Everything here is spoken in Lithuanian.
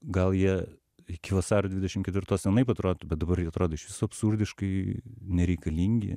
gal jie iki vasario dvidešim kevirtos vienaip atrodytų bet dabar jie atrodo iš viso absurdiškai nereikalingi